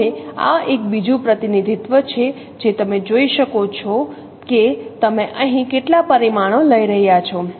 હવે આ એક બીજું પ્રતિનિધિત્વ છે જે તમે જોઈ શકો છો કે તમે અહીં કેટલા પરિમાણો લઈ રહ્યાં છો